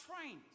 trains